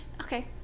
Okay